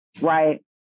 Right